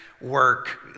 work